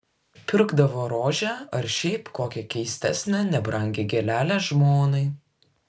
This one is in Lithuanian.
pirkdavo rožę ar šiaip kokią keistesnę nebrangią gėlelę žmonai